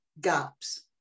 gaps